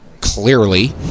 clearly